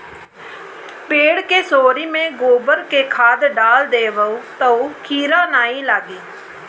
पेड़ के सोरी में गोबर के खाद डाल देबअ तअ कीरा नाइ लागी